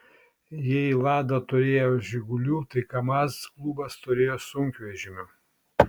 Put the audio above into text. jei lada turėjo žigulių tai kamaz klubas turėjo sunkvežimių